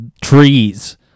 trees